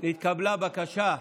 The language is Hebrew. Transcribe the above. התקבלה בקשה,